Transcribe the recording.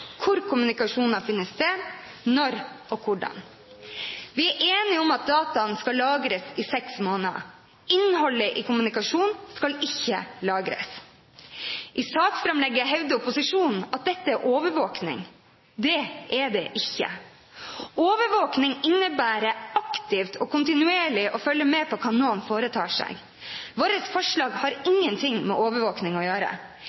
hvor kommunikasjonen har funnet sted, når og hvordan. Vi er enige om at dataene skal lagres i seks måneder. Innholdet i kommunikasjonen skal ikke lagres. I saksframlegget hevder opposisjonen at dette er overvåkning. Det er det ikke. Overvåkning innebærer aktivt og kontinuerlig å følge med på hva noen foretar seg. Vårt forslag har ingenting med overvåkning å gjøre.